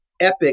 epic